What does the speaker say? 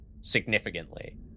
significantly